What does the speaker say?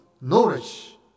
knowledge